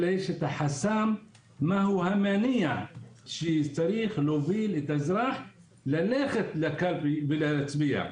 אלא יש החסם שהוא המניע שצריך להוביל את האזרח ללכת לקלפי ולהצביע.